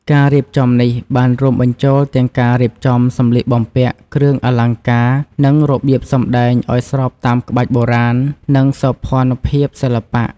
ការរៀបចំនេះបានរួមបញ្ចូលទាំងការរៀបចំសម្លៀកបំពាក់ គ្រឿងអលង្ការ និងរបៀបសម្តែងឱ្យស្របតាមក្បាច់បុរាណ និងសោភ័ណភាពសិល្បៈ។